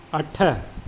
अठ